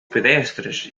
pedestres